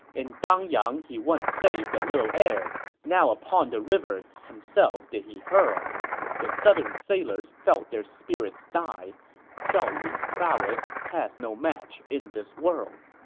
in dangyang he once saved the little heir now upon the river himself did he hurl the southern sailors felt their spirits die zhao yun's prowess has no match in this world